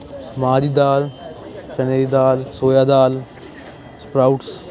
ਮਾਹ ਦੀ ਦਾਲ ਚਨੇ ਦੀ ਦਾਲ ਸੋਇਆ ਦਾਲ ਸਪਰਾਊਟਸ